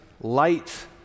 light